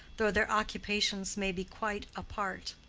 though their occupations may be quite apart.